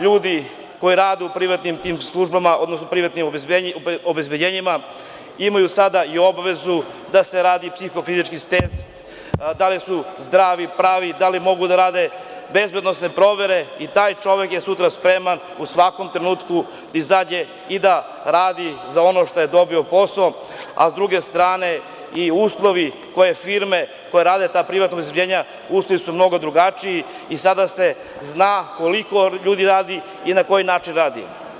Ljudi koji rade u tim privatnim obezbeđenjima imaju sada i obavezu da se radi psihofizički test da li su zdravi, pravi, da li mogu da rade bezbednosne provere i taj čovek je sutra spreman u svakom trenutku da izađe i da radi za ono što je dobio posao, a s druge strane, i uslovi koje firme koje rade ta privatna obezbeđenja, uslovi su mnogo drugačiji i sada se zna koliko ljudi radi i na koji način radi.